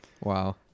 Wow